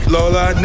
Lola